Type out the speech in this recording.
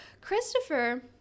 Christopher